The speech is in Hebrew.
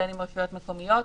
בין אם רשויות מקומיות,